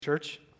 Church